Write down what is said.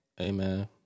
Amen